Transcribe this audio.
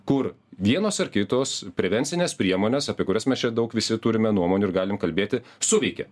kur vienos ar kitos prevencinės priemonės apie kurias mes čia daug visi turime nuomonių ir galim kalbėti suveikė